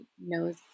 knows